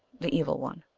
the evil one.